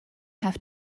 have